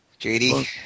JD